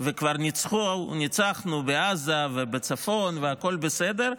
וכבר ניצחנו בעזה ובצפון והכול בסדר,